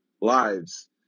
lives